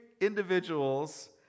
individuals